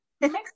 Next